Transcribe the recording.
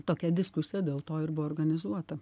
tokia diskusija dėl to ir buvo organizuota